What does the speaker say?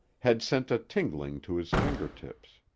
had sent a tingling to his fingertips.